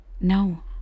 No